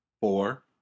four